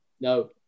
No